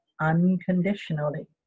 unconditionally